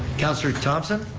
councilor thomson?